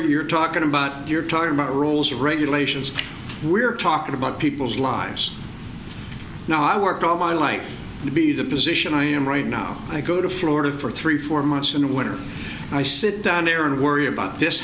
you're talking about you're talking about rules and regulations we're talking about people's lives now i work all my life to be the position i am right now i go to florida for three four months in the winter i sit down there and worry about this